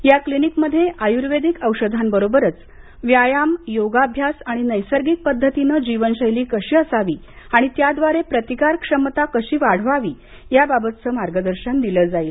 या क्लनिकमध्ये आयुर्वेदिक औषधांबरोबरच व्यायाम योगाअभ्यास आणि नैसर्गिक पद्धतीने जीवनशैली कशी असावी आणि त्याद्वारे प्रतिकार क्षमता कशी वाढवण्यात यावी याविषयीचं मार्गदर्शन दिलं जाईल